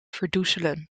verdoezelen